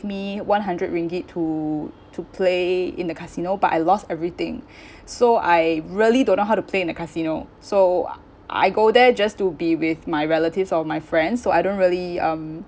me one hundred ringgit to to play in the casino but I lost everything so I really don't know how to play in the casino so I go there just to be with my relatives or my friends so I don't really um